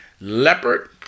leopard